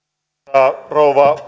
arvoisa rouva